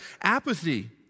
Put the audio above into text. Apathy